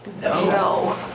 No